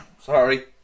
Sorry